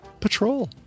Patrol